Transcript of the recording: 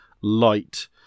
light